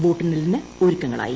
വോട്ടെണ്ണലിന് ഒരുക്കങ്ങളായി